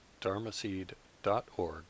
dharmaseed.org